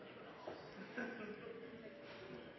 glad for, for